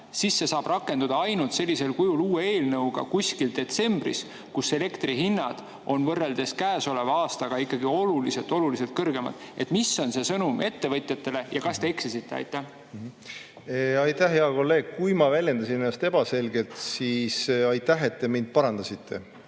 siis see saab sellisel kujul uue eelnõuga rakenduda kuskil detsembris, kui elektrihinnad on võrreldes käesoleva aastaga ikkagi oluliselt kõrgemad. Mis on see sõnum ettevõtjatele ja kas te eksisite? Aitäh, hea kolleeg! Kui ma väljendasin ennast ebaselgelt, siis aitäh, et te mind parandasite.